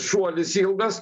šuolis ilgas